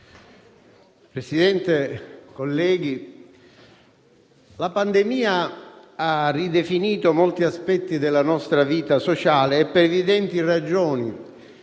Presidente, onorevoli colleghi, la pandemia ha ridefinito molti aspetti della nostra vita sociale e, per evidenti ragioni